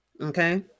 Okay